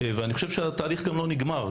אני חושב שהתהליך לא נגמר,